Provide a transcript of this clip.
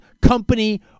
company